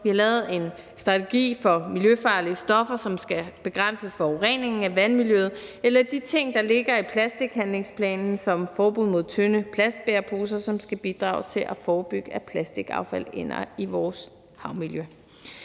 Vi har lavet en strategi for miljøfarlige stoffer, som skal begrænse forureningen af vandmiljøet. Eller det kunne være de ting, der ligger i plastikhandlingsplanen, som forbud mod de tynde plastbæreposer, som skal bidrage til at forebygge, at plastikaffald ender i vores havmiljø.